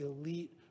elite